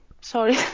Sorry